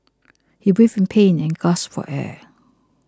he writhed in pain and gasped for air